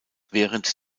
während